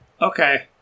okay